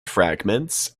fragments